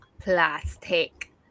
plastic